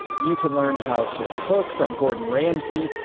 you can learn how to cook from gordon ramsey.